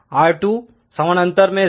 ZA R1 R2